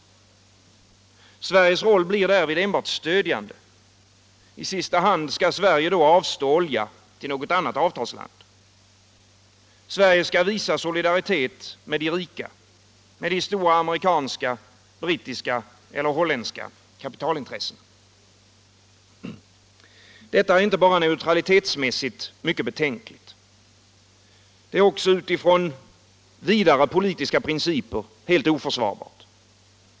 Sveriges roll blir därvid enbart stödjande — i sista hand skall Sverige då avstå olja till något annat avtalsland. Sverige skall visa solidaritet med de rika, med de stora amerikanska, brittiska eller holländska kapitalintressena. Detta är inte bara neutralitetsmässigt mycket betänkligt. Det är utifrån större politiska principer helt oförsvarbart.